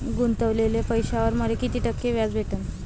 गुतवलेल्या पैशावर मले कितीक टक्के व्याज भेटन?